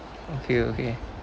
okay okay